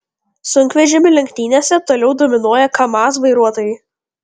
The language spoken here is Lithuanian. sunkvežimių lenktynėse toliau dominuoja kamaz vairuotojai